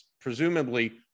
presumably